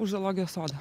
už zoologijos sodo